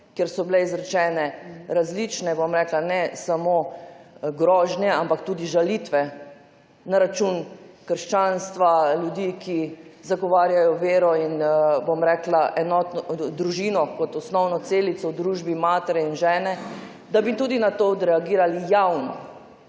kjer so bile izrečene različne, bom rekla, ne samo grožnje, ampak tudi žalitve na račun krščanstva, ljudi, ki zagovarjajo vero, družino kot osnovno celico v družbi, matere in žene, da bi tudi na to odreagirali javno.